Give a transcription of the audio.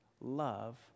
love